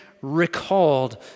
recalled